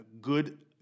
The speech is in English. good